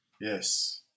Yes